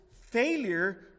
failure